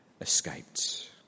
escaped